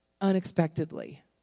unexpectedly